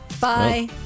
Bye